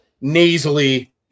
nasally